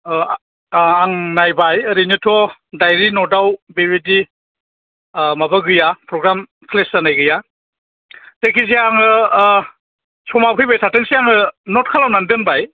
अ अ आं नायबाय ओरैनोथ' डायरि नटआव बेबायदि माबा गैया प्रग्राम प्लेस जानाय गैया जायखिजाया आङो समा फैबाय थाथोंसै आङो नट खालामनानै दोनबाय